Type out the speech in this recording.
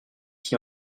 qui